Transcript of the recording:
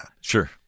Sure